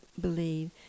believe